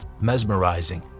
mesmerizing